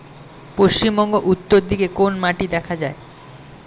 পশ্চিমবঙ্গ উত্তর দিকে কোন মাটি দেখা যায়?